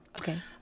Okay